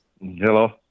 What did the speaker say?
Hello